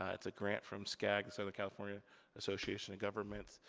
ah it's a grant from scag, southern california association of governments.